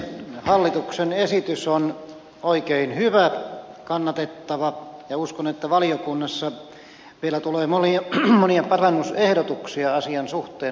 hallituksen esitys on oikein hyvä kannatettava ja uskon että valiokunnassa meillä tulee monia parannusehdotuksia asian suhteen